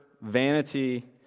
vanity